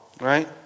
right